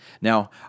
Now